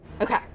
Okay